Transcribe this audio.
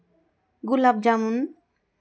gulab jamun